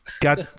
got